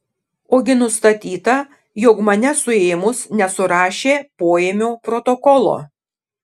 ogi nustatyta jog mane suėmus nesurašė poėmio protokolo